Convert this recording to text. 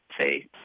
say